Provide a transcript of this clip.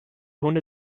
hunde